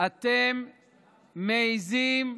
אתם מעיזים,